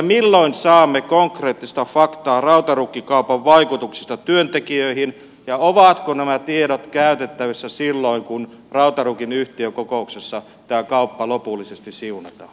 milloin saamme konkreettista faktaa rautaruukki kaupan vaikutuksista työntekijöihin ja ovatko nämä tiedot käytettävissä silloin kun rautaruukin yhtiökokouksessa tämä kauppa lopullisesti siunataan